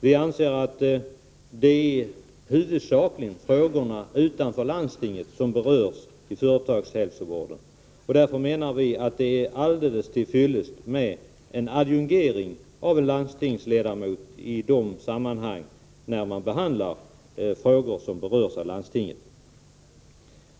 Vi anser att det huvudsakligen är frågor utanför landstinget som berörs när det gäller företagshälsovården. Därför menar vi att det är alldeles till fyllest med en adjungering av en landstingsledamot i det sammanhang då man behandlar frågor som berör landstinget.